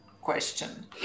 question